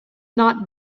not